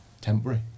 temporary